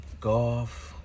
golf